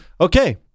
Okay